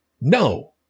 No